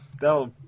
That'll